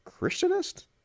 Christianist